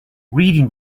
reading